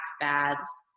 baths